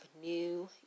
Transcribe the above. New